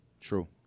True